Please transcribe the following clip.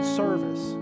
service